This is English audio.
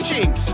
Jinx